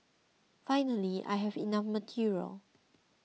finally I have enough material